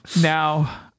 now